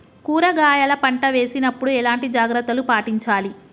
కూరగాయల పంట వేసినప్పుడు ఎలాంటి జాగ్రత్తలు పాటించాలి?